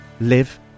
live